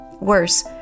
Worse